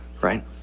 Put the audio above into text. right